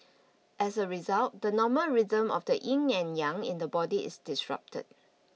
as a result the normal rhythm of the Yin and Yang in the body is disrupted